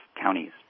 counties